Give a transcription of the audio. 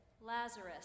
Lazarus